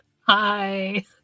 Hi